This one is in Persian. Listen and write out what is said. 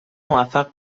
موفق